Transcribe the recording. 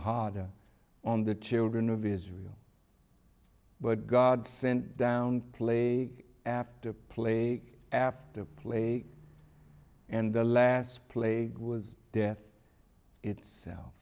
harder on the children of israel but god sent down plea after plea after plea and the last play was death itself